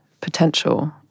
potential